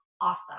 awesome